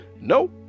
Nope